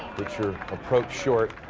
get your approach short